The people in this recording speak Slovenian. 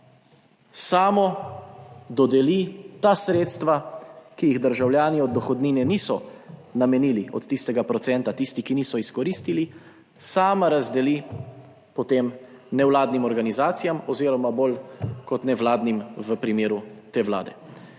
samo dodeli ta sredstva, ki jih državljani od dohodnine niso namenili od tistega procenta tisti, ki niso izkoristili, sama razdeli potem nevladnim organizacijam oziroma bolj kot nevladnim v primeru te Vlade.